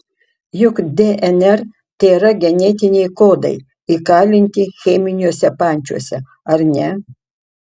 juk dnr tėra genetiniai kodai įkalinti cheminiuose pančiuose ar ne